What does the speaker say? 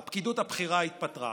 הפקידות הבכירה התפטרה,